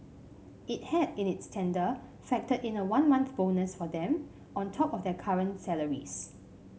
it had in its tender factored in a one month bonus for them on top of their current salaries